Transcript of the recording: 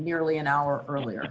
nearly an hour earlier